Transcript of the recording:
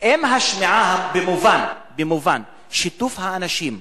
אם השמיעה במובן שיתוף האנשים,